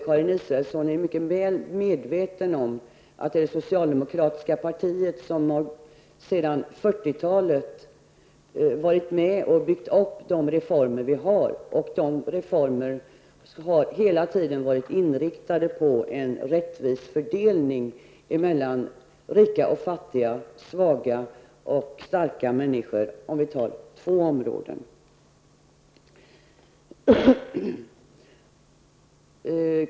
Karin Israelsson är mycket väl medveten om att det socialdemokratiska partiet sedan 1940-talet varit med om att bygga upp de reformer vi har. Dessa reformer har hela tiden varit inriktade på en rättvis fördelning mellan rika och fattiga och mellan starka och svaga människor, för att ta två exempel.